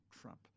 Trump